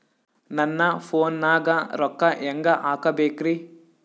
ನನ್ನ ಫೋನ್ ನಾಗ ರೊಕ್ಕ ಹೆಂಗ ಹಾಕ ಬೇಕ್ರಿ?